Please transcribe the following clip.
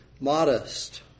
Modest